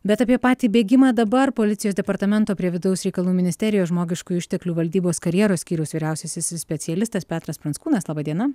bet apie patį bėgimą dabar policijos departamento prie vidaus reikalų ministerijos žmogiškų išteklių valdybos karjeros skyriaus vyriausiasis specialistas petras pranckūnas laba diena